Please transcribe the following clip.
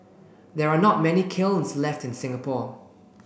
there are not many kilns left in Singapore